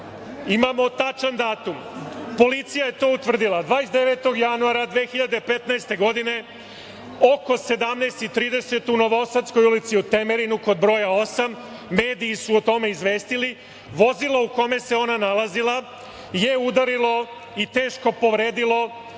imamo tačan datum, policija je to utvrdila. Dakle, 29. januara 2015. godine oko 17.30 časova u Novosadskoj ulici u Temerinu kod broja 8, mediji su o tome izvestili, vozilo u kome se ona nalazila je udarilo i teško povredilo